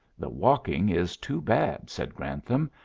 the walking is too bad, said grantham.